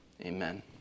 Amen